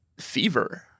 fever